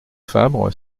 favre